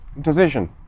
decision